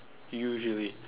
usually